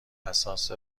اساس